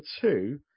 two